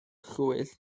llwyd